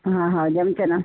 हा हा जमते ना